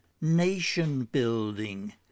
nation-building